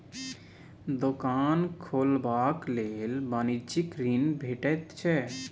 दोकान खोलबाक लेल वाणिज्यिक ऋण भेटैत छै